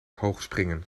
hoogspringen